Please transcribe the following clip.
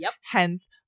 hence